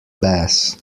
bass